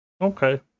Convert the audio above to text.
Okay